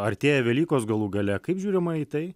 artėja velykos galų gale kaip žiūrima į tai